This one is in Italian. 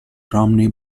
romney